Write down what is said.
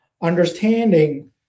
Understanding